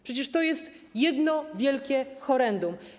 Przecież to jest jedno wielkie horrendum.